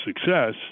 success